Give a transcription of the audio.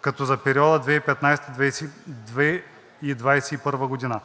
като е за периода 2015 – 2021 г.